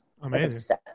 Amazing